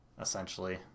essentially